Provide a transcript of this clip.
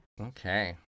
Okay